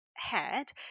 head